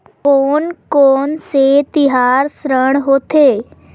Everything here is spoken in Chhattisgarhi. कोन कौन से तिहार ऋण होथे?